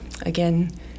again